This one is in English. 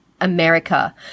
America